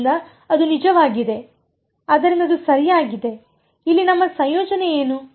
ಆದ್ದರಿಂದ ಅದು ನಿಜವಾಗಿದೆ ಆದ್ದರಿಂದ ಅದು ಸರಿಯಾಗಿದೆ ಇಲ್ಲಿ ನಮ್ಮ ಸಂಯೋಜನೆ ಏನು